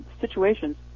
situations